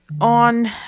on